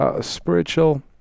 spiritual